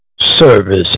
service